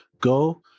go